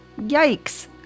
Yikes